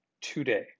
today